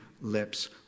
lips